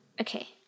Okay